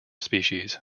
species